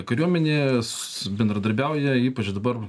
kariuomenės bendradarbiauja ypač dabar